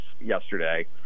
yesterday